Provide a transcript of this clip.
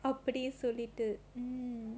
அப்படியே சொல்லிட்டு:appadiyae sollittu mm